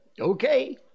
okay